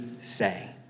say